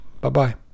Bye-bye